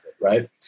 Right